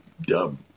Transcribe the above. dub